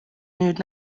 nüüd